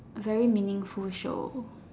very meaningful show